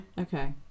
Okay